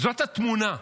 זאת התמונה.